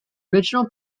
original